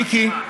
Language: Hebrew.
מיקי,